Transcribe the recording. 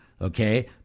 Okay